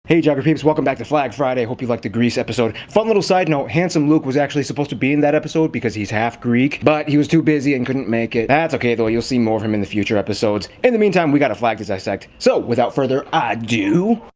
hey geogropeeps. welcome back to flag friday. hope you like the greece episode. fun little side note handsome luke was actually supposed to be in that episode because he's half greek, but he was too busy and couldn't make it. that's okay though. you'll see more of him in the future episodes. in the meantime, we got a flag to dissect, so without further ado.